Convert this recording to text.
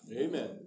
Amen